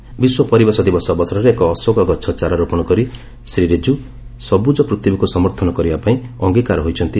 ଗତକାଲି ବିଶ୍ୱ ପରିବେଶ ଦିବସ ଅବସରରେ ଏକ ଅଶୋକ ଗଛ ଚାରା ରୋପଣ କରି ଶ୍ରୀ ରିଜିଜୁ ସବୁଜ ପୃଥିବୀକୁ ସମର୍ଥନ କରିବାପାଇଁ ଅଙ୍ଗୀକାରବଦ୍ଧ ହୋଇଛନ୍ତି